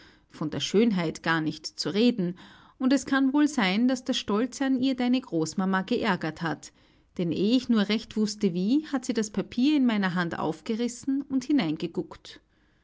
von der schönheit gar nicht zu reden und es kann wohl sein daß das stolze an ihr deine großmama geärgert hat denn eh ich nur recht wußte wie hat sie das papier in meiner hand aufgerissen und hineingeguckt